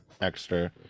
extra